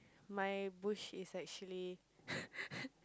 my bush is actually